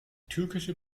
türkische